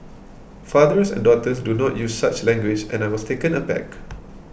fathers and daughters do not use such language and I was taken aback